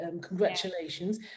Congratulations